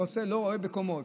הם לא רוצים בקומות.